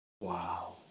Wow